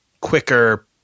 quicker